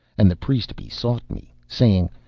and the priest besought me, saying,